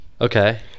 okay